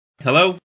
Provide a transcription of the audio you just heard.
Hello